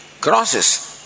crosses